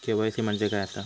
KYC म्हणजे काय आसा?